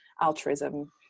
altruism